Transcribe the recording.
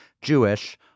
Jewish